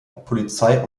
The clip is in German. polizei